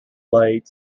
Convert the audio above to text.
light